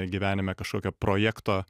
gyvenime kažkokio projekto